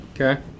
Okay